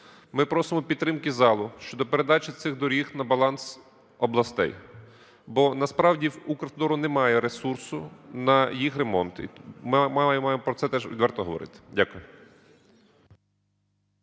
Ми просимо підтримки залу щодо передачі цих доріг на баланс областей, бо насправді в "Укравтодору" немає ресурсу на їх ремонти. Маємо про це теж відверто говорити. Дякую.